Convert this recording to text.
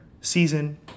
season